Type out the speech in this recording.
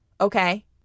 Okay